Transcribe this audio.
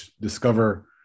discover